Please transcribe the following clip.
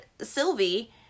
sylvie